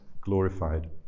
glorified